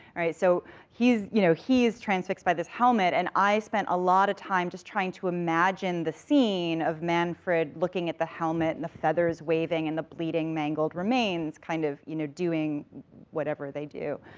right, so he's, you know, he's transfixed by this helmet, and i spent a lot of time just trying to imagine the scene of manfred looking at the helmet, and the feathers waving, and the bleeding, mangled remains kind of, you know, doing whatever they do,